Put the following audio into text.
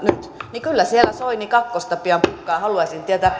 niin kyllä siellä soini kakkosta pian pukkaa haluaisin tietää